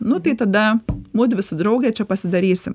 nu tai tada mudvi su drauge čia pasidarysim